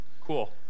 cool